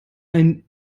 ein